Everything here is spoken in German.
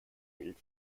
wild